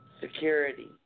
security